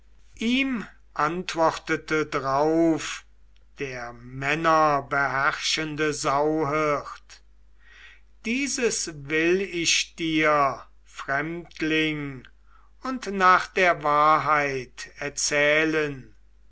ihm antwortete drauf der männerbeherrschende sauhirt dieses will ich dir fremdling und nach der wahrheit erzählen